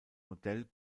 modell